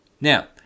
Now